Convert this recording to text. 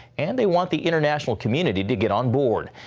and they want the international community to get on board.